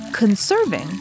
Conserving